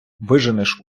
виженеш